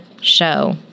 show